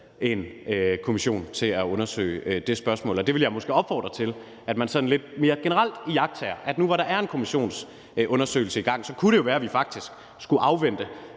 en kommission til at undersøge det spørgsmål, og jeg vil måske opfordre til, at man sådan lidt mere generelt iagttager, at det jo så nu, hvor der er en kommissionsundersøgelse i gang, kunne være, at vi faktisk skulle afvente,